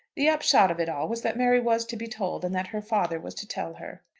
the upshot of it all was, that mary was to be told, and that her father was to tell her.